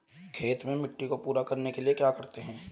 खेत में मिट्टी को पूरा करने के लिए क्या करते हैं?